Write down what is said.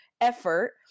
effort